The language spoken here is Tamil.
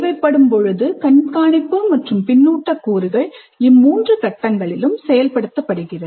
தேவைப்படும் பொழுது கண்காணிப்பு மற்றும் பின்னூட்ட கூறுகள் இம்மூன்று கட்டங்களிலும் செயல்படுத்தப்படுகிறது